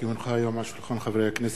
כי הונחו היום על שולחן הכנסת,